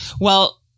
Well-